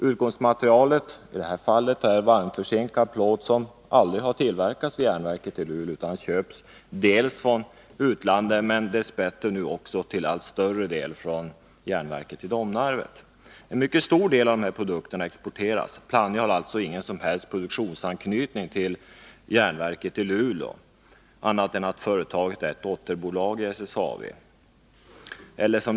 Utgångsmaterialet är i detta fall varmförzinkad plåt, som aldrig har tillverkats vid järnverket i Luleå utan köps från utlandet men nu dess bättre också till allt större del från järnverket i Domnarvet. En mycket stor del av produkterna exporteras. Plannja har alltså ingen annan produktionsanknytning till järnverket i Luleå än att företaget är ett dotterbolag till SSAB.